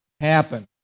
happen